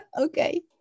Okay